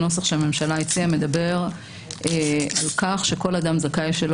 הנוסח שהממשלה הציעה מדבר על כך שכל אדם זכאי שלא